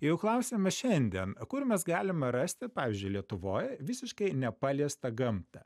jau klausiame šiandien kur mes galima rasti pavyzdžiui lietuvoj visiškai nepaliestą gamtą